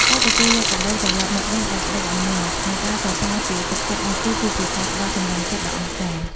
ការទទួលយកកាដូត្រឡប់មកវិញដោយក្ដីអំណរ និងការសរសើរពីទឹកចិត្តដៃគូ គឺជាការផ្ដល់កម្លាំងចិត្តដ៏អស្ចារ្យ។